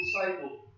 disciple